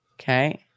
Okay